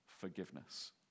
forgiveness